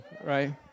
right